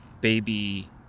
baby